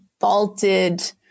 vaulted